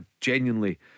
genuinely